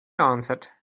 answered